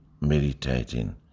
meditating